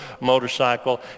motorcycle